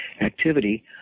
activity